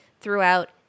throughout